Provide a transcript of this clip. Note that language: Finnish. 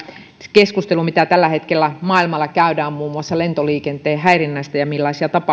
keskustelu mitä tällä hetkellä maailmalla käydään muun muassa lentoliikenteen häirinnästä ja se millaisia